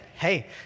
Hey